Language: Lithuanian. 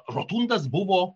rotundas buvo